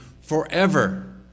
forever